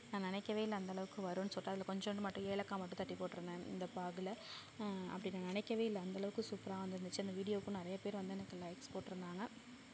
நான் நினைக்கவே இல்லை அந்த அளவுக்கு வரும்னு சொல்லிட்டு அதில் கொஞ்சோண்டு மட்டும் ஏலக்காய் மட்டும் தட்டி போட்டிருந்தேன் இந்த பாகில் அப்படி நான் நினைக்கவே இல்லை அந்த அளவுக்கு சூப்பராக வந்திருந்துச்சி அந்த வீடியோவுக்கு நிறைய பேர் வந்து எனக்கு லைக்ஸ் போட்டிருந்தாங்க